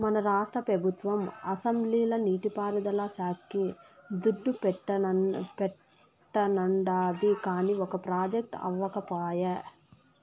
మన రాష్ట్ర పెబుత్వం అసెంబ్లీల నీటి పారుదల శాక్కి దుడ్డు పెట్టానండాది, కానీ ఒక ప్రాజెక్టు అవ్యకపాయె